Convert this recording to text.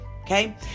okay